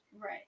right